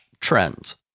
trends